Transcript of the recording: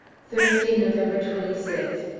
thursday, november twenty sixth.